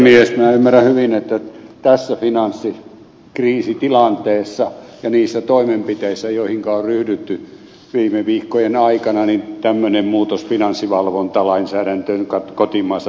minä ymmärrän hyvin että tässä finanssikriisitilanteessa ja niissä toimenpiteissä joihinka on ryhdytty viime viikkojen aikana tämmöinen muutos finanssivalvontalainsäädäntöön kotimaassa täytyy toteuttaa